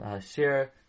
share